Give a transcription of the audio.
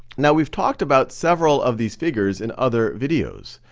now, we've talked about several of these figures in other videos.